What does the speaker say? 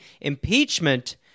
Impeachment